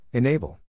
Enable